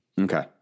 okay